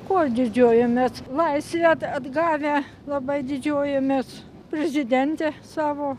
kuo didžiuojamės laisvę atgavę labai didžiuojamės prezidente savo